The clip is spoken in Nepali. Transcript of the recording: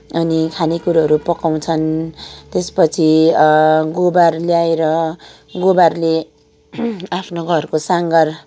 अनि खाने कुरोहरू पकाउँछन् त्यसपछि गोबर ल्याएर गोबरले आफ्नो घरको सङ्घार